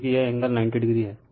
क्योंकि यह angle 90o हैं